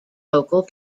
local